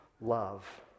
love